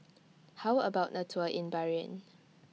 How about A Tour in Bahrain